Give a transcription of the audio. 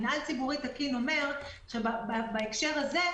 מינהל ציבורי תקין אומר בהקשר הזה,